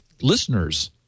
listeners